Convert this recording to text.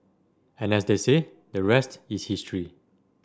and as they say the rest is history